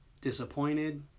Disappointed